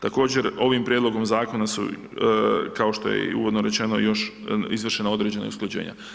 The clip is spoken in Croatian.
Također ovim prijedlogom zakona su, kao što je i uvodno rečeno, još izvršena određena i usklađenja.